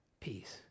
peace